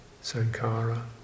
Sankara